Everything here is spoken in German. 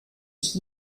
ich